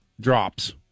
drops